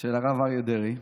של הרב אריה דרעי.